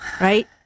Right